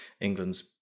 England's